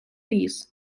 ліс